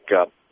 up